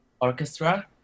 orchestra